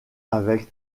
avec